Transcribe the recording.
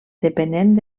depenent